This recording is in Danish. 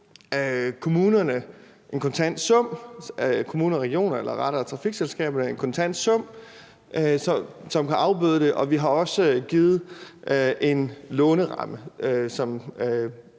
kommunerne og regionerne, eller rettere trafikselskaberne, en kontant sum, som kan afbøde det. Og vi har også givet en låneramme, som